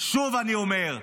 שוב אני אומר,